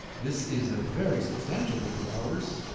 this is a very substantial book of hours.